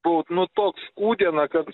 buvau nu toks kūdena kad